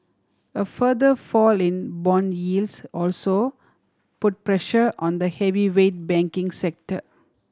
a further fall in bond yields also put pressure on the heavyweight banking sector